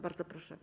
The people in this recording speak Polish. Bardzo proszę.